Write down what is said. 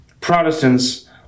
Protestants